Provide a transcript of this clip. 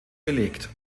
belegt